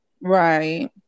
right